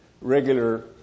regular